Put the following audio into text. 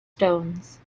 stones